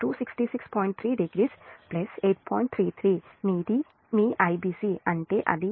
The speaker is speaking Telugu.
33 మీది మీ Ibc అంటే అది 8